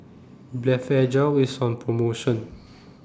Blephagel IS on promotion